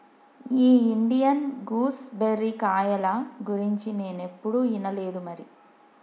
ఈ Indian gooseberry కాయల గురించి నేనేప్పుడు ఇనలేదు మరి